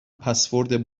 پسورد